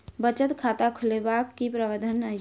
बचत खाता खोलेबाक की प्रावधान अछि?